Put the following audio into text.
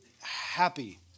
happy